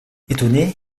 étonné